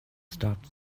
stopped